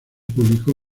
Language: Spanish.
público